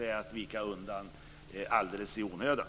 Det är att vika undan alldeles i onödan.